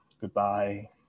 goodbye